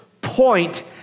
point